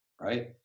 Right